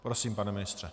Prosím, pane ministře.